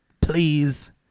please